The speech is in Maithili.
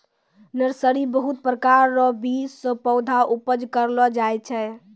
नर्सरी बहुत प्रकार रो बीज से पौधा उपज करलो जाय छै